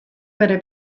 bere